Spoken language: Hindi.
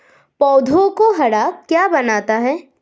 पौधों को हरा क्या बनाता है?